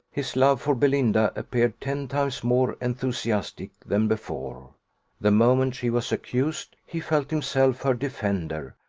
his love for belinda appeared ten times more enthusiastic than before the moment she was accused, he felt himself her defender,